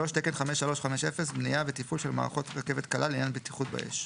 תקן 5350 בנייה ותפעול של מערכות רכבת קלה לעניין בטיחות באש.